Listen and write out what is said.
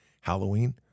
Halloween